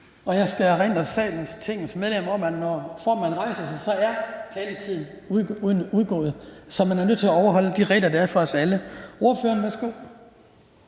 Jeg skal erindre Tingets medlemmer om, at når formanden rejser sig, er taletiden udløbet. Så man er nødt til at overholde de regler, der er for os alle. Ordføreren, værsgo.